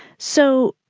so,